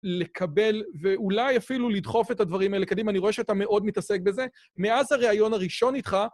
לקבל ואולי אפילו לדחוף את הדברים האלה. קדימה, אני רואה שאתה מאוד מתעסק בזה. מאז הריאיון הראשון איתך...